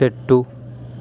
చెట్టు